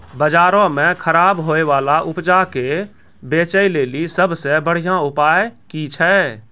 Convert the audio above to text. बजारो मे खराब होय बाला उपजा के बेचै लेली सभ से बढिया उपाय कि छै?